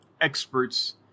experts